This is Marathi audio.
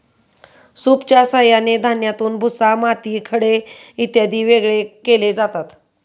सूपच्या साहाय्याने धान्यातून भुसा, माती, खडे इत्यादी वेगळे केले जातात